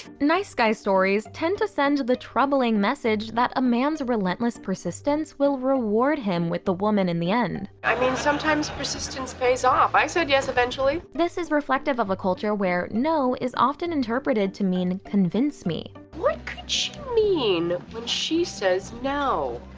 nice guy stories tend to send the troubling message that a man's relentless persistence will reward him with the woman in the end. i mean, sometimes persistence pays off. i said yes eventually. this is reflective of a culture where no is often interpreted to mean convince me. what could she mean when she says no?